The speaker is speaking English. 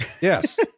Yes